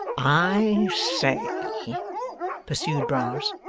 i say pursued brass,